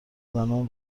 زنان